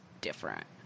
different